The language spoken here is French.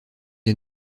des